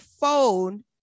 phone